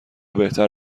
بهتر